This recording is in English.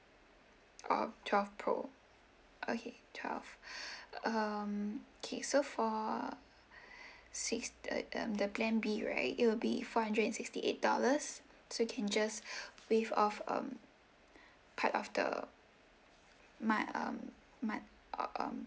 or twelve pro okay twelve um K so for six the um the plan B right it'll be four hundred and sixty eight dollars so you can just waive off um part of the